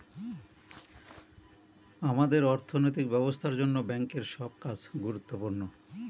আমাদের অর্থনৈতিক ব্যবস্থার জন্য ব্যাঙ্কের সব কাজ গুরুত্বপূর্ণ